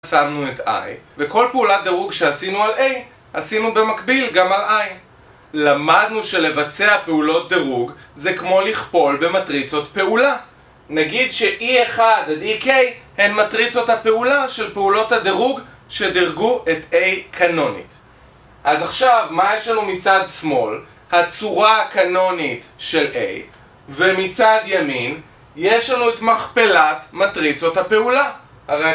שמנו את I, וכל פעולת דירוג שעשינו על A, עשינו במקביל גם על I. למדנו שלבצע פעולות דירוג זה כמו לכפול במטריצות פעולה. נגיד ש-E1 עד EK הן מטריצות הפעולה של פעולות הדירוג שדרגו את A קנונית. אז עכשיו, מה יש לנו מצד שמאל? הצורה הקנונית של A ומצד ימין, יש לנו את מכפלת מטריצות הפעולה. הרי...